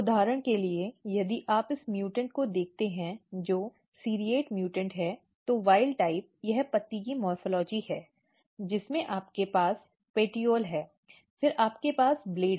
उदाहरण के लिए यदि आप इस म्यूटेंट को देखते हैं जो सीरेट म्यूटेंट है तो जंगली प्रकार यह पत्ती की मॉर्फ़ॉलजी है जिसमें आपके पास पेटियोल है फिर आपके पास ब्लेड है